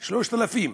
3,000,